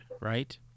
right